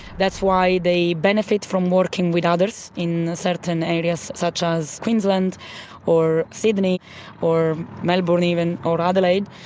that's why they benefit from working with others in certain areas such as queensland or sydney or melbourne even or adelaide.